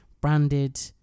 branded